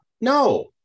No